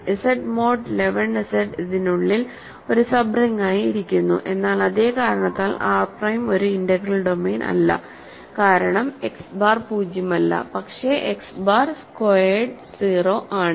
Z mod 11 Z ഇതിനുള്ളിൽ ഒരു sub റിംഗായി ഇരിക്കുന്നു എന്നാൽ അതേ കാരണത്താൽ ആർ പ്രൈം ഒരു ഇന്റഗ്രൽ ഡൊമെയ്ൻ അല്ല കാരണം എക്സ് ബാർ പൂജ്യമല്ല പക്ഷേ എക്സ് ബാർ സ്ക്വയേർഡ് 0 ആണ്